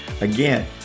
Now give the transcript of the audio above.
Again